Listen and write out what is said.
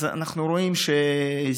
אז אנחנו רואים זיגזגים,